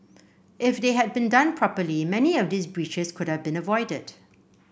if they had been done properly many of these breaches could have been avoided